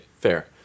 fair